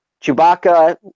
Chewbacca